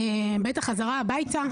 בדרך חזרה הביתה